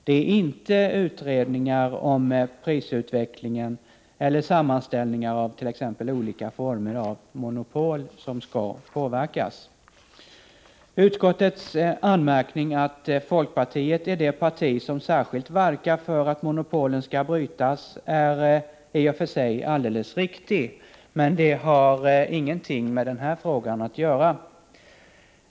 Det är inte utredningar om prisutvecklingen eller sammanställningar av t.ex. olika former av monopol som skall påverkas. Utskottets anmärkning att folkpartiet är det parti som särskilt verkar för att monopolen skall brytas är i och för sig alldeles riktig. Men det har ingenting med den här frågan att göra.